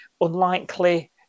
Unlikely